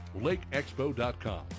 lakeexpo.com